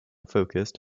focused